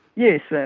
yes, so